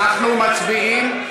אנחנו מצביעים,